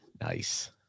Nice